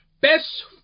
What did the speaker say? Best